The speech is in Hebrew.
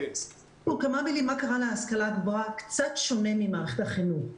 מה שקרה להשכלה הגבוהה קצת שונה ממערכת החינוך.